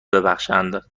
ببخشند